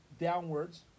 downwards